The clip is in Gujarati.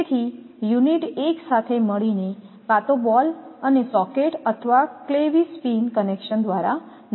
તેથી યુનિટ એક સાથે મળીને કાં તો બોલ અને સોકેટ અથવા ક્લેવીસ પિન કનેક્શન દ્વારા જોડાય છે